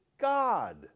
God